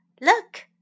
look